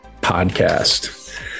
Podcast